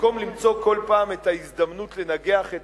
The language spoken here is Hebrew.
במקום למצוא כל פעם את ההזדמנות לנגח את